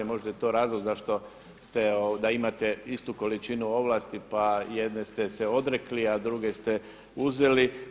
Možda je to razlog zašto ste, da imate istu količinu ovlasti, pa jedne ste se odrekli, a druge ste uzeli.